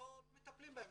לא מטפלים בהם,